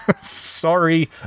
Sorry